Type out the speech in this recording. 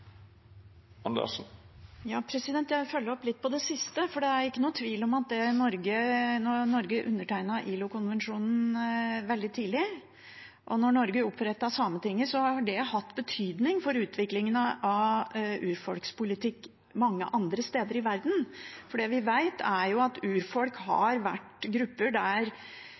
litt. Det er ikke noen tvil om at Norge undertegnet ILO-konvensjonen veldig tidlig, og at Norge opprettet Sametinget, har hatt betydning for utviklingen av urfolkspolitikk mange andre steder i verden. Det vi vet, er at det blant urfolk har vært grupper